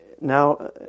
Now